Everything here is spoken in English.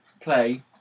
play